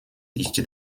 iść